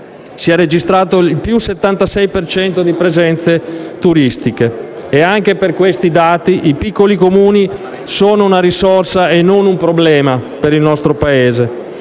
si è registrato il più 76 per cento di presenze turistiche. Anche per questi dati, i piccoli Comuni sono una risorsa e non un problema per il nostro Paese.